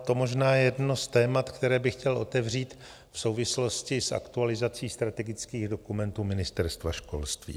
To možná je jedno z témat, které bych chtěl otevřít v souvislosti s aktualizací strategických dokumentů Ministerstva školství.